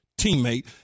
teammate